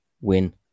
win